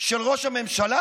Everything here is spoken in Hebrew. של ראש הממשלה?